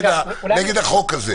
נגד החוק הזה.